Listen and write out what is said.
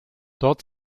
dort